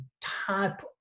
type